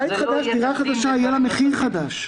בית חדש, דירה חדשה, יהיה לה מחיר חדש.